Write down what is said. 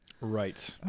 right